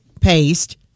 paste